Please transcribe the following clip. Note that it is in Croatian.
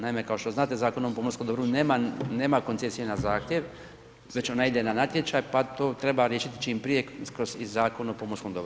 Naime, kao što znate Zakonom o pomorskom dobru nema, nema koncesije na zahtjev, znači ona ide na natječaj, pa to treba riješiti čim prije kroz i Zakon o pomorskom dobru.